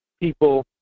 people